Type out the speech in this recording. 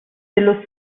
dello